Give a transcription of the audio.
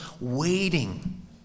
waiting